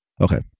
Okay